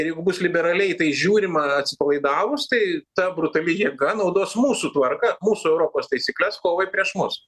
ir jeigu bus liberaliai į tai žiūrima atsipalaidavus tai ta brutali jėga naudos mūsų tvarką mūsų europos taisykles kovai prieš mus